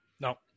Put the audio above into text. No